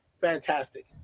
fantastic